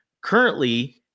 currently